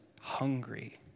hungry